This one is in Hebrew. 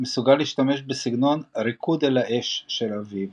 מסוגל להשתמש בסגנון 'ריקוד אל האש' של אביו